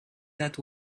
that